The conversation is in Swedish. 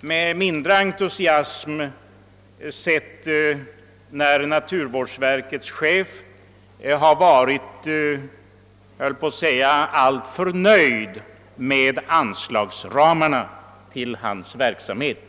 med mindre entusiasm sett när naturvårdsverkets chef har varit, jag höll på att säga, alltför nöjd med anslagsramarna till hans verksamhet.